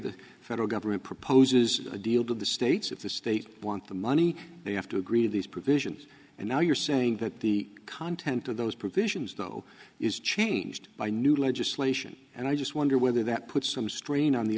the federal government proposes a deal to the states if the states want the money they have to agree to these provisions and now you're saying that the content of those provisions no is changed by new legislation and i just wonder whether that puts some strain on the